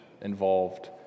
involved